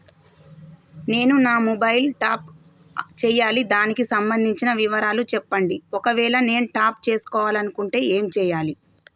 నేను నా mobile top up చేయాలి దానికి సంబంధించిన వివరాలు చెప్పండి ఒకవేళ నేను టాప్ చేసుకోవాలనుకుంటే ఏం చేయాలి?